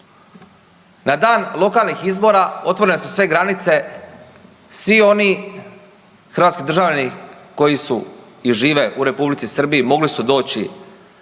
Na dan lokalnih izbora otvorene su sve granice, svi oni hrvatski državljani koji su i žive u Republici Srbiji mogli su doći